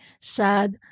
sad